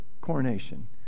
coronation